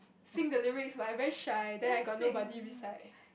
sing the lyrics but I very shy then I got nobody beside